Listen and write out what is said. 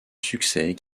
succès